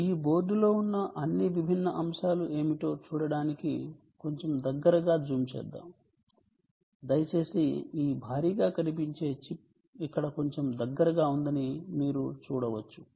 ఈ బోర్డులో ఉన్న అన్ని విభిన్న అంశాలు ఏమిటో చూడటానికి కొంచెం దగ్గరగా జూమ్ చేద్దాం దయచేసి ఈ భారీగా కనిపించే చిప్ ఇక్కడ కొంచెం దగ్గరగా ఉందని మీరు చూడవచ్చు